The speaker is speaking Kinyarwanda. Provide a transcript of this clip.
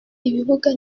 ibibuga